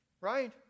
Right